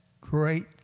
great